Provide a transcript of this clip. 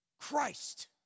Christ